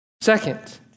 Second